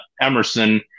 Emerson